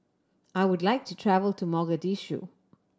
I would like to travel to Mogadishu